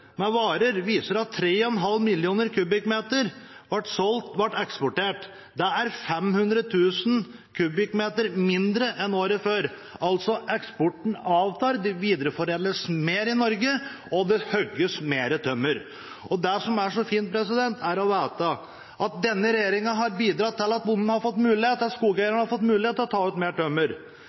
med varer viser at 3,5 mill. m 3 ble eksportert. Det er 500 000 m 3 mindre enn året før. Eksporten avtar altså, det videreforedles mer i Norge, og det hogges mer tømmer. Det som er så fint, er å vite at denne regjeringen har bidratt til at skogeierne har fått mulighet til å ta ut mer tømmer.